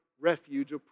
refuge